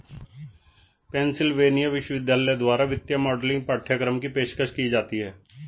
Pennsylvania विश्वविद्यालय द्वारा वित्तीय मॉडलिंग पाठ्यक्रम की पेशकश की जाती हैं